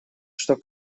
что